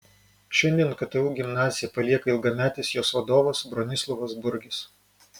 šiandien ktu gimnaziją palieka ilgametis jos vadovas bronislovas burgis